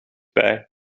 bij